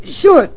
Sure